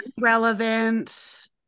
Relevant